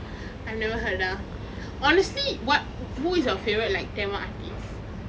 I've never heard ah honestly what who is your favourite like tamil artiste